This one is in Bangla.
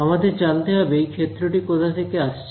আমাদের জানতে হবে এই ক্ষেত্রটি কোথা থেকে আসছে